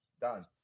Done